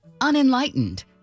unenlightened